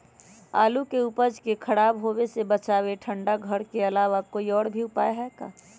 आलू के उपज के खराब होवे से बचाबे ठंडा घर के अलावा कोई और भी उपाय है का?